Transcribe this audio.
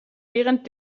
während